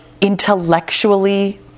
intellectually